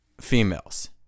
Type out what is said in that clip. females